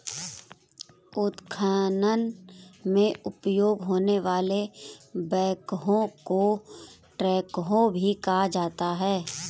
उत्खनन में उपयोग होने वाले बैकहो को ट्रैकहो भी कहा जाता है